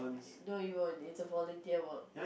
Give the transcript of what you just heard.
no you won't is a volunteer work